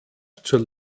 zur